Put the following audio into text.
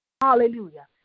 hallelujah